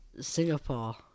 Singapore